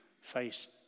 faced